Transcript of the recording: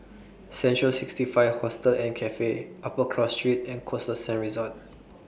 Central sixty five Hostel and Cafe Upper Cross Street and Costa Sands Resort